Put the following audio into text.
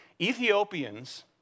Ethiopians